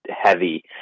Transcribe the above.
heavy